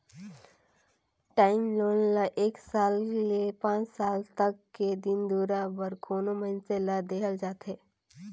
term loan ल एक साल ले पांच साल तक के दिन दुरा बर कोनो मइनसे ल देहल जाथे